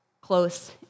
close